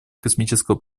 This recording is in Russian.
космического